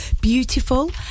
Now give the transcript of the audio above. beautiful